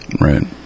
Right